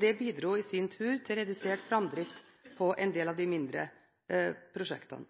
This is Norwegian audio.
Det bidro i sin tur til redusert framdrift på en del av de mindre prosjektene.